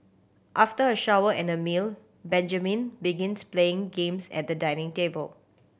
after a shower and a meal Benjamin begins playing games at the dining table